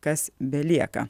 kas belieka